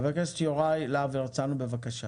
חה"כ יוראי להב הרצנו, בבקשה.